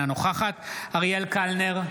אינה נוכחת אריאל קלנר,